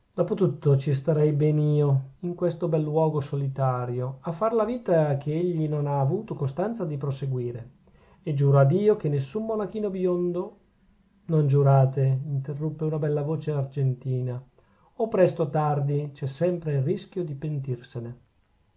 dopo tutto ci starei ben io in questo bel luogo solitario a far la vita che egli non ha avuto costanza di proseguire e giuro a dio che nessun monachino biondo non giurate interruppe una bella voce argentina o presto o tardi c'è sempre il rischio di pentirsene